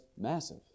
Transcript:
massive